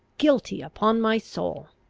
guilty, upon my soul!